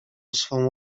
swą